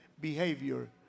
behavior